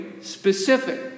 specific